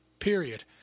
Period